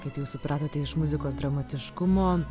kaip jau supratote iš muzikos dramatiškumo